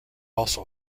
also